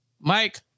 Mike